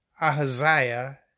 Ahaziah